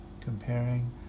comparing